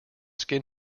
skin